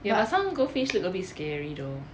there are some goldfish look a bit scary though